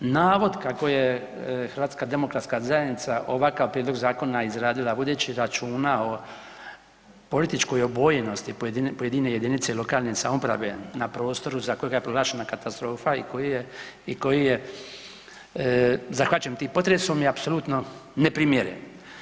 Navod kako je HDZ ovakav prijedlog zakona izradila vodeći računa o političkoj obojenosti pojedine jedinice lokalne samouprave na prostoru za kojega je proglašena katastrofa i koji je, i koji je zahvaćen tim potresom je apsolutno neprimjeren.